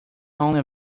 only